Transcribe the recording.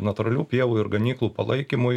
natūralių pievų ir ganyklų palaikymui